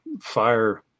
fire